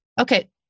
Okay